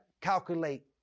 calculate